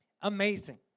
Amazing